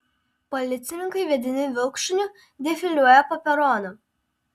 policininkai vedini vilkšuniu defiliuoja po peroną